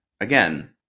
again